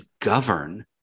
govern